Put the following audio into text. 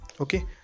okay